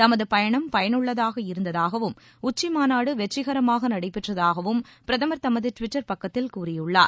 தமது பயணம் பயனுள்ளதாக இருந்ததாகவும் உச்சி மாநாடு வெற்றிகரமாக நடைபெற்றதாகவும் பிரதமர் தமது ட்விட்டர் பக்கத்தில் கூறியுள்ளார்